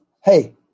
Hey